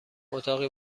اتاقی